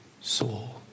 soul